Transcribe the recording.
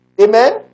Amen